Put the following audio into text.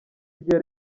ibyo